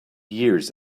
years